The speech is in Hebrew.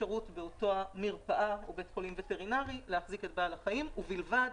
אפשרות באותה מרפאה או בית חולים וטרינרי להחזיק את בעל החיים ובלבד